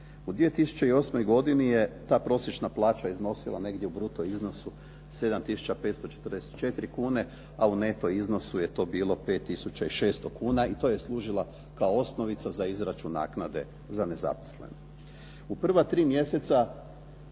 U 2008. godini je ta prosječna plaća iznosila negdje u bruto iznosu 7 tisuća 544 kune a u neto iznosu je to bilo 5 tisuća i 600 kuna i to je služila kao osnovica za izračun naknade za nezaposlene. U prva tri mjeseca